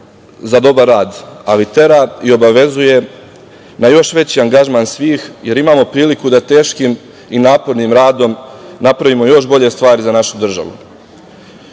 za dobar rad, ali tera i obavezuje na još veći angažman svih, jer imamo priliku da teškim i napornim radom napravimo još bolje stvari za našu državu. Moram